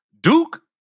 Duke